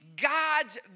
God's